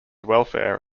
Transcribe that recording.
welfare